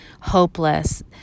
hopeless